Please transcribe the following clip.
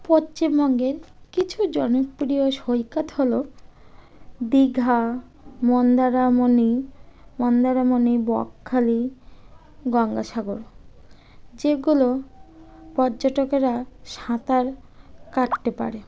পশ্চিমবঙ্গের কিছু জনপ্রিয় সৈকত হল দীঘা মন্দারমণি মন্দারমণি বকখালি গঙ্গাসাগর যেগুলো পর্যটকেরা সাঁতার কাটতে পারে